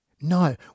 No